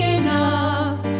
enough